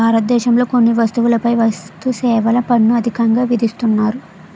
భారతదేశంలో కొన్ని వస్తువులపై వస్తుసేవల పన్ను అధికంగా విధిస్తున్నారు